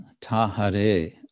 Tahare